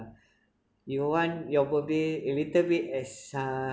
you want your birthday a little bit as uh